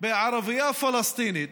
בערבייה פלסטינית,